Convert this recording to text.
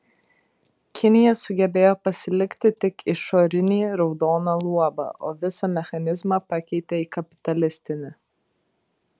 kinija sugebėjo pasilikti tik išorinį raudoną luobą o visą mechanizmą pakeitė į kapitalistinį